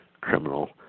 criminal